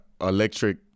electric